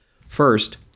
First